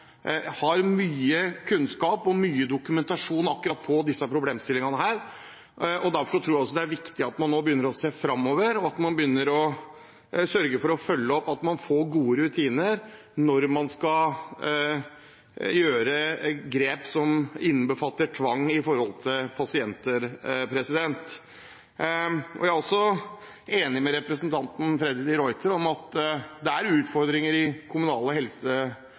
har mye kunnskap om og mye dokumentasjon på akkurat på disse problemstillingene. Derfor tror jeg det er viktig at man nå begynner å se framover, og at man sørger for å følge opp at man får gode rutiner når man skal gjøre grep som innbefatter tvang overfor pasienter. Jeg er også enig med representanten Freddy de Ruiter i at det er utfordringer i de kommunale helse-